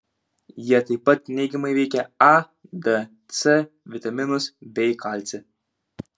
jie tai pat neigiamai veikia a d c vitaminus bei kalcį